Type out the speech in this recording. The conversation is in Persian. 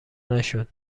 نشد